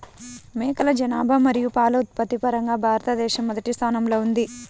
మేకల జనాభా మరియు పాల ఉత్పత్తి పరంగా భారతదేశం మొదటి స్థానంలో ఉంది